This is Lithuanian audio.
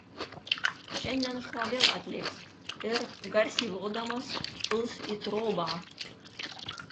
šiandien šuo vėl atlėks ir garsiai lodamas puls į trobą